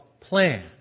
plan